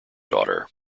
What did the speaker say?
daughter